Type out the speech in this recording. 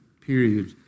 period